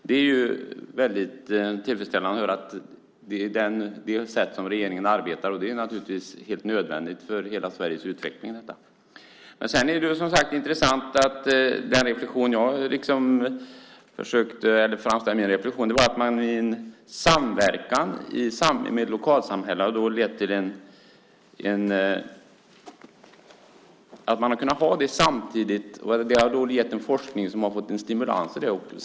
Det är därför tillfredsställande att höra att det är så regeringen arbetar. Detta är nödvändigt för hela Sveriges utveckling. Min reflexion var att samverkan med lokalsamhället har gett en forskning som har fått stimulans av det.